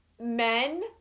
Men